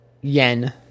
yen